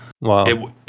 Wow